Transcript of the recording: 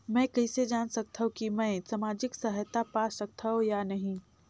मै कइसे जान सकथव कि मैं समाजिक सहायता पा सकथव या नहीं?